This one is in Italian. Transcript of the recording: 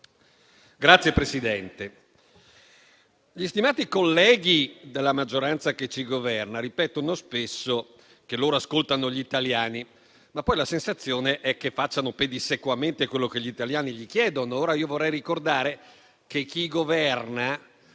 Signor Presidente, gli stimati colleghi della maggioranza che ci governa ripetono spesso che ascoltano gli italiani, ma la sensazione è che facciano pedissequamente quello che gli italiani chiedono loro. Ora, vorrei ricordare che chi governa,